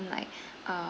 like uh